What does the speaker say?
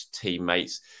teammates